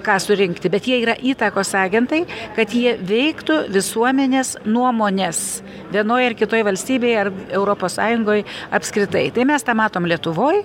ką surinkti bet jie yra įtakos agentai kad jie veiktų visuomenės nuomones vienoj ar kitoj valstybėje ar europos sąjungoj apskritai tai mes tą matom lietuvoj